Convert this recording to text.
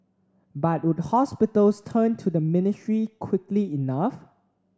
but would hospitals turn to the ministry quickly enough